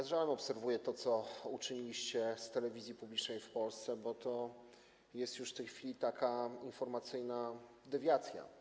Z żalem obserwuję to, co uczyniliście z telewizji publicznej w Polsce, bo to jest już w tej chwili taka informacyjna dewiacja.